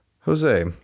Jose